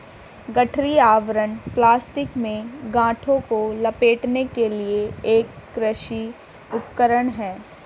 गठरी आवरण प्लास्टिक में गांठों को लपेटने के लिए एक कृषि उपकरण है